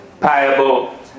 payable